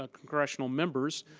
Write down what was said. ah congressional members,